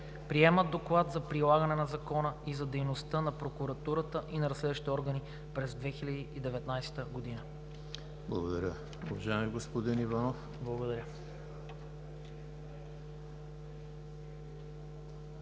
Приема Доклад за прилагането на Закона и за дейността на Прокуратурата и на разследващите органи през 2019 г.“